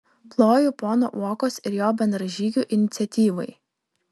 ploju pono uokos ir jo bendražygių iniciatyvai